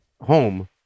home